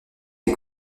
des